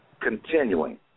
Continuing